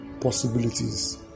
possibilities